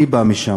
אני בא משם: